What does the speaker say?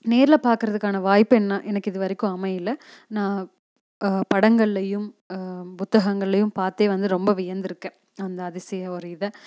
நேரில் பார்க்குறதுக்கான வாய்ப்பு என எனக்கு இது வரைக்கும் அமையல நான் படங்கள்லேயும் புத்தகங்கள்லேயும் பார்த்தே வந்து ரொம்ப வியந்துருக்கேன் அந்த அதிசயம் ஒரு இதை